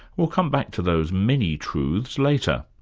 we'll come back to those many truths later.